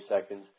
seconds